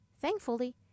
Thankfully